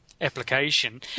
application